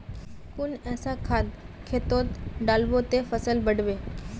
कुन ऐसा खाद खेतोत डालबो ते फसल बढ़बे?